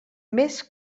més